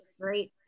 great